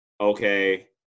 okay